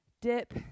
dip